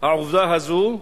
העובדה הזאת,